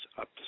Up